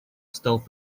стал